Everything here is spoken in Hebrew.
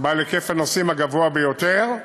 בעל היקף הנוסעים הגדול ביותר,